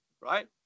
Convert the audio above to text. Right